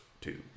two